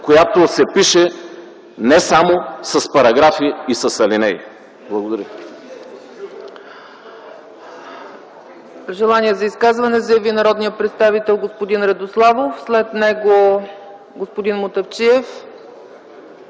която се пише не само с параграфи и с алинеи! Благодаря